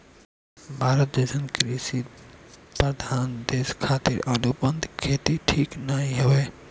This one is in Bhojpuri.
भारत जइसन कृषि प्रधान देश खातिर अनुबंध खेती ठीक नाइ हवे